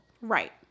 right